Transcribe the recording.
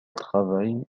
travaille